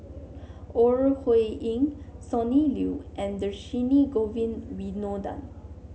Ore Huiying Sonny Liew and Dhershini Govin Winodan